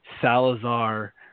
Salazar